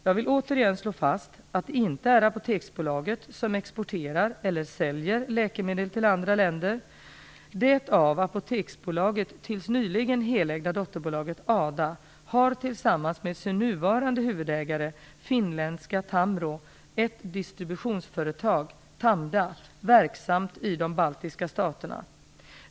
Jag vill återigen slå fast att det inte är Apoteksbolaget som exporterar eller säljer läkemedel till andra länder. Det av Apoteksbolaget tills nyligen helägda dotterbolaget ADA har tillsammans med sin nuvarande huvudägare finländska Tamro ett distributionsföretag, Tamda, verksamt i de baltiska staterna.